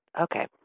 okay